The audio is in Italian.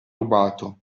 rubato